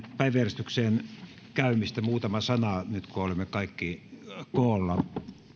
päiväjärjestykseen käymistä muutama sana nyt kun olemme kaikki koolla